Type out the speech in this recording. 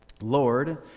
Lord